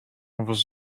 was